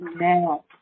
now